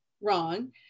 wrong